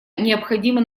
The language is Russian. необходимо